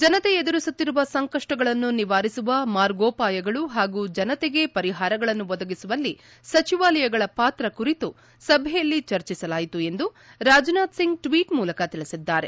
ಜನತೆ ಎದುರಿಸುತ್ತಿರುವ ಸಂಕಷ್ಷಗಳನ್ನು ನಿವಾರಿಸುವ ಮಾರ್ಗೋಪಾಯಗಳು ಹಾಗೂ ಜನತೆಗೆ ಪರಿಹಾರಗಳನ್ನು ಒದಗಿಸುವಲ್ಲಿ ಸಚಿವಾಲಯಗಳ ಪಾತ್ರ ಕುರಿತು ಸಭೆಯಲ್ಲಿ ಚರ್ಚಿಸಲಾಯಿತು ಎಂದು ರಾಜನಾಥ್ ಸಿಂಗ್ ಟ್ವೀಟ್ ಮೂಲಕ ತಿಳಿಸಿದ್ದಾರೆ